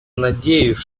надеюсь